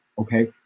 Okay